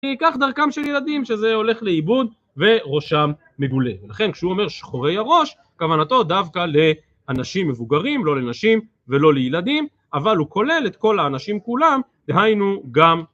כי קח דרכם של ילדים, שזה הולך לאיבוד, וראשם מגולה. ולכן כשהוא אומר שחורי הראש, כוונתו דווקא לאנשים מבוגרים, לא לנשים ולא לילדים, אבל הוא כולל את כל האנשים כולם דהיינו גם